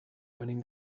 venim